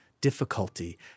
difficulty